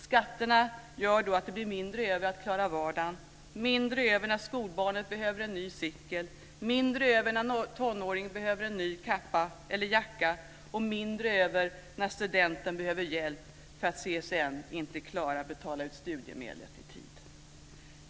Skatterna gör då att det blir mindre över för att klara vardagen, mindre över när skolbarnet behöver en ny cykel, mindre över när tonåringen behöver en ny jacka, mindre över när studenten behöver hjälp för att CSN inte klarar att betala ut studiemedlet i tid.